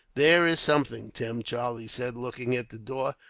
there is something, tim, charlie said, looking at the door.